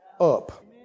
up